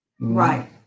right